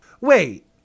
Wait